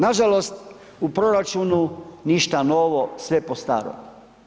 Nažalost, u proračunu ništa novo, sve po starom.